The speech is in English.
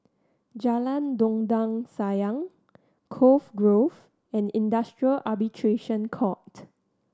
Jalan Dondang Sayang Cove Grove and Industrial Arbitration Court